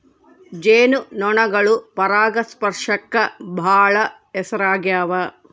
ಜೇನು ನೊಣಗಳು ಪರಾಗಸ್ಪರ್ಶಕ್ಕ ಬಾಳ ಹೆಸರಾಗ್ಯವ